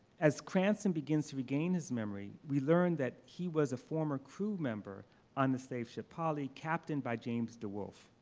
as cranston begins to regain his memory, we learn that he was a former crew member on the state ship polly captained by james de woolf.